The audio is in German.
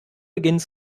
beginnen